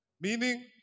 Meaning